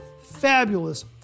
fabulous